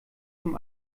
vom